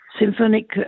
symphonic